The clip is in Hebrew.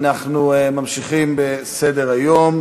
אנחנו ממשיכים בסדר-היום: